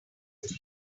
fist